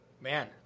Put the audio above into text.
Man